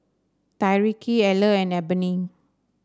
Tyreke Eller and Ebony